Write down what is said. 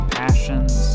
passions